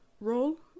role